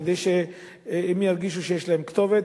כדי שהם ירגישו שיש להם כתובת.